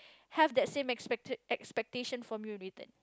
have that same expecta~ expectation from you in return